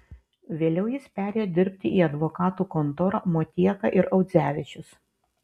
vėliau jis perėjo dirbti į advokatų kontorą motieka ir audzevičius